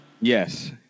Yes